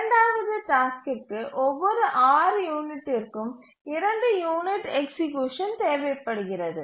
இரண்டாவது டாஸ்க்கிற்கு ஒவ்வொரு 6 யூனிட்டிற்கும் 2 யூனிட் எக்சீக்யூசன் தேவைப்படுகிறது